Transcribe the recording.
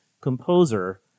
composer